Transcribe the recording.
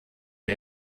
der